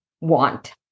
want